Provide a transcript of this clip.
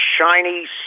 shiny